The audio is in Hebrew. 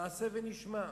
נעשה ונשמע.